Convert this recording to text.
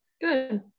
good